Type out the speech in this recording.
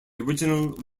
original